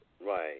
Right